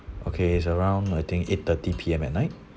okay it's around I think eight thirty P_M at night